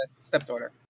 stepdaughter